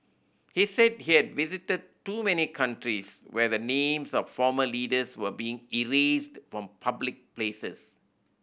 he said he had visited too many countries where the names of former leaders were being erased from public places